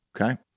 Okay